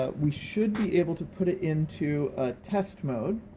ah we should be able to put it into a test mode,